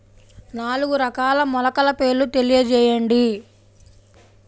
నాలుగు రకాల మొలకల పేర్లు తెలియజేయండి?